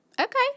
okay